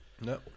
No